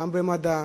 גם במדע.